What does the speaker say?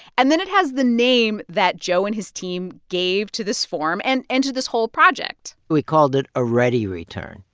and then it has the name that joe and his team gave to this form and and to this whole project we called it a readyreturn